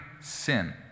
sin